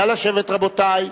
נא לשבת, רבותי,